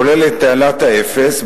כולל את תעלת האפס,